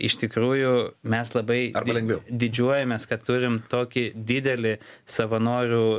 iš tikrųjų mes labai didžiuojamės kad turime tokį didelį savanorių